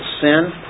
sin